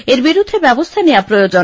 এর বিরুদ্ধে ব্যবস্হা নেওয়া প্রয়োজন